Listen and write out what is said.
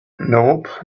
nope